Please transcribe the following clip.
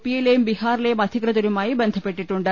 പിയിലെയും ബിഹാറിലെയും അധികൃതരുമായി ബന്ധപ്പെട്ടിട്ടുണ്ട്